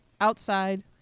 outside